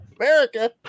America